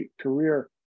career